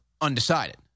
undecided